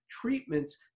treatments